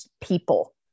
people